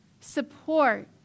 support